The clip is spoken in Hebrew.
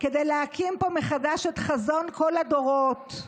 כדי להקים פה מחדש את חזון כל הדורות,